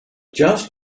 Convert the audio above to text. just